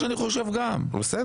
שמעתי שיש --- חדש.